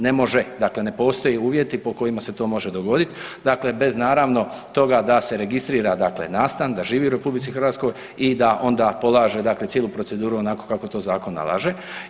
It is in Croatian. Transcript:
Ne može, dakle ne postoje uvjeti po kojima se to može dogodit, dakle bez naravno toga da se registrira, dakle nastani, da živi u RH i da onda polaže dakle cijelu proceduru onako kako to zakon nalaže.